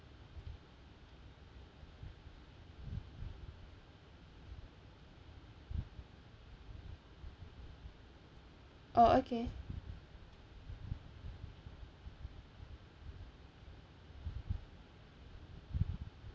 oh okay